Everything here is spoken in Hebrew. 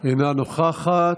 אינה נוכחת.